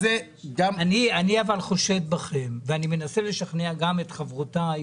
אני חושד בכם ואני מנסה לשכנע גם את חברותיי